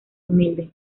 humilde